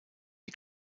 die